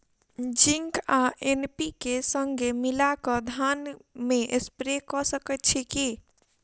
Zinc आ NPK, संगे मिलल कऽ धान मे स्प्रे कऽ सकैत छी की?